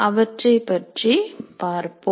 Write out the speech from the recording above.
அவற்றைப் பற்றிப் பார்ப்போம்